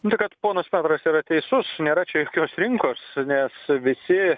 tai kad kad ponas petras yra teisus nėra čia jokios rinkos nes visi